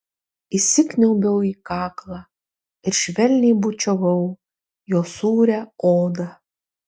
įsikniaubiau į kaklą ir švelniai bučiavau jo sūrią odą